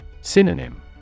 Synonym